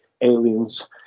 aliens